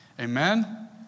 Amen